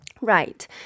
Right